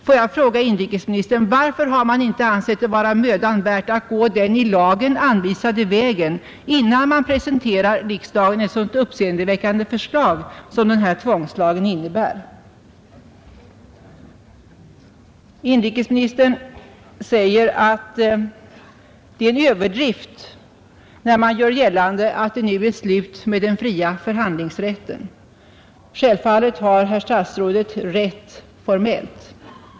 Får jag fråga inrikesministern: Varför har man inte ansett det vara mödan värt att gå den i lagen anvisade vägen innan man presenterar riksdagen ett så uppseendeväckande förslag som denna lag? Inrikesministern säger att det är en överdrift när man gör gällande att det nu är slut med den fria förhandlingsrätten. Sjävfallet har herr statsrådet formellt rätt.